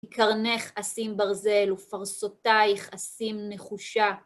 כי קרנך אשים ברזל ופרסותייך אשים נחושה.